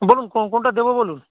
বলুন কোনটা দেবো বলুন